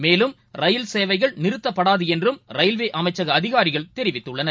மேலும் ரயில் சேவைகள் நிறுத்தப்படாதுஎன்றும் ரயில்வேஅமைச்சகஅதிகாரிகள் தெரிவித்துள்ளனர்